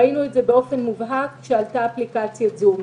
ראינו את זה באופן מובהק כאשר עלתה אפליקציית זום.